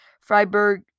Freiburg